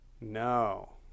No